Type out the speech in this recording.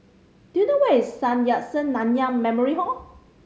do you know where is Sun Yat Sen Nanyang Memorial Hall